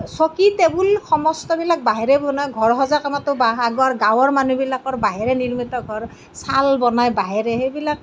চকী টেবুল সমস্তবিলাক বাঁহেৰে বনোৱা ঘৰ সঁজা কামতো বাঁহ আগৰ গাঁৱৰ মানুহবিলাকৰ বাঁহেৰে নিৰ্মিত ঘৰ চাল বনাই বাঁহেৰে সেইবিলাক